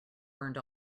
burned